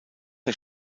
der